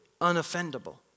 unoffendable